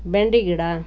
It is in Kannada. ಬೆಂಡೆ ಗಿಡ